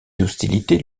hostilités